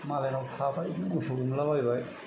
मालायनाव थाबाय मोसौ गुमला बायबाय